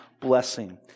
blessing